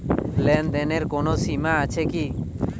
লেনদেনের কোনো সীমা আছে কি?